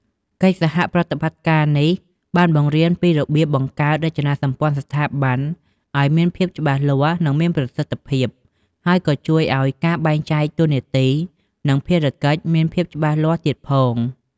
កិច្ចសហប្រតិបត្តិការនេះ បានបង្រៀនពីរបៀបបង្កើតរចនាសម្ព័ន្ធស្ថាប័នឲ្យមានភាពច្បាស់លាស់ និងមានប្រសិទ្ធភាព ហើយក៏ជួយឲ្យការបែងចែកតួនាទី និងភារកិច្ចមានភាពច្បាស់លាស់ទៀតផង។